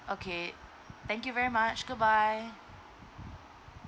okay thank you very much goodbye